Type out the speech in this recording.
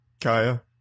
Kaya